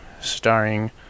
starring